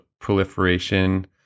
proliferation